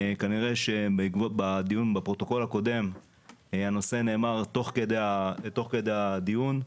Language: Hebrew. כנראה שבדיון הקודם הנושא נאמר תוך כדי הדיון.